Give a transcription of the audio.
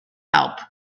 help